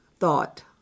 thought